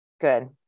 Good